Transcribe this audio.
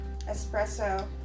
espresso